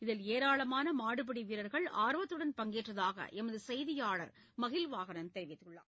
இதில் ஏராளமான மாடுபிடி வீரர்கள் ஆர்வத்துடன் பங்கேற்றதாக எமது செய்தியாளர் மஹில்வாகனன் தெரிவிக்கிறார்